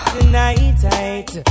Tonight